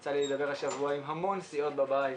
יצא לי לדבר השבוע עם המון סיעות בבית,